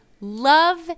love